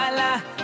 la